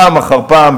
פעם אחר פעם,